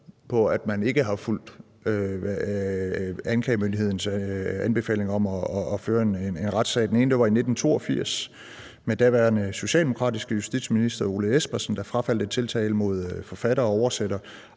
på, at man ikke har fulgt anklagemyndighedens anbefaling om at føre en retssag. Den ene var i 1982 med den daværende socialdemokratiske justitsminister, Ole Espersen, der frafaldt en tiltale mod forfatter og oversætter